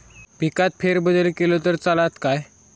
पिकात फेरबदल केलो तर चालत काय?